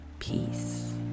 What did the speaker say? Peace